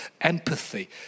empathy